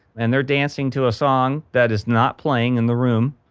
and they're dancing to a song that is not playing in the room.